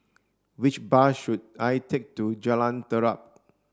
which bus should I take to Jalan Terap